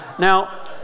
Now